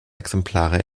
exemplare